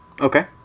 Okay